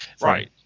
Right